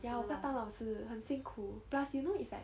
ya 不要当老师很辛苦 plus you know it's like